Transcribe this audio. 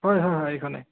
হয় হয় হয় এইখনে